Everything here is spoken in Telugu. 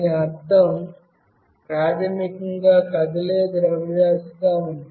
దీని అర్థం ప్రాథమికంగా కదిలే ద్రవ్యరాశి గా ఉంది